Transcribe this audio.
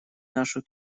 нашу